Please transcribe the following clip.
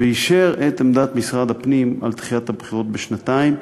ואישר את עמדת משרד הפנים על דחיית הבחירות בשנתיים,